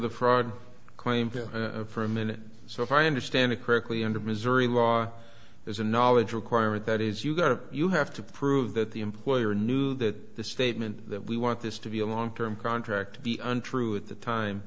the fraud claim for a minute so if i understand it correctly under missouri law there's a knowledge requirement that is you got to you have to prove that the employer knew that the statement that we want this to be a long term contract to be untrue at the time